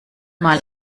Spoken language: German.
mal